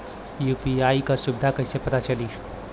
UPI क सुविधा कैसे पता चली?